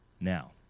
Now